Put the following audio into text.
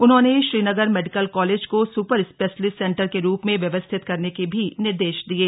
उन्होंने Srinagar medical college को super speciality centre के रूप में व्यवस्थित करने के भी निर्देश दिये